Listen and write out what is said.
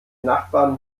nachbarn